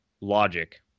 logic